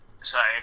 Sorry